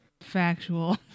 factual